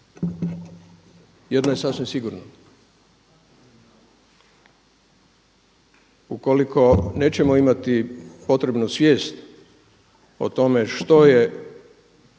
jedno je sasvim sigurno, ukoliko nećemo imati potrebnu svijest o tome što su